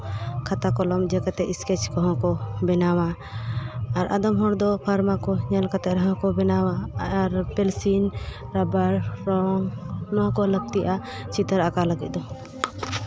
ᱠᱷᱟᱛᱟ ᱠᱚᱞᱚᱢ ᱤᱭᱟᱹ ᱠᱟᱛᱮᱫ ᱥᱠᱮᱪ ᱠᱚᱦᱚᱸ ᱠᱚ ᱵᱮᱱᱟᱣᱟ ᱟᱨ ᱟᱫᱚᱢ ᱦᱚᱲ ᱫᱚ ᱯᱷᱟᱨᱢᱟ ᱠᱚ ᱧᱮᱞ ᱠᱟᱛᱮᱫ ᱨᱮᱦᱚᱸ ᱠᱚ ᱵᱮᱱᱟᱣᱟ ᱟᱨ ᱯᱮᱱᱥᱤᱞ ᱨᱟᱵᱟᱨ ᱨᱚᱝ ᱱᱚᱣᱟ ᱠᱚ ᱞᱟᱹᱠᱛᱤᱜᱼᱟ ᱪᱤᱛᱟᱹᱨ ᱟᱸᱠᱟᱣ ᱞᱟᱹᱜᱤᱫ ᱫᱚ